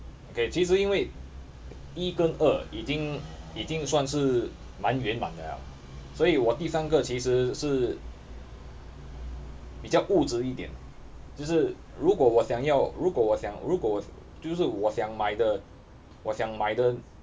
K 其实因为一跟二已经已经算是蛮圆满了所以我第三个其实是比较物质一点就是如果我想要如果我想如果就是我想买的我想买的